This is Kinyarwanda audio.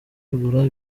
kugura